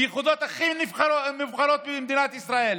ביחידות הכי נבחרות במדינת ישראל,